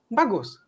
bagus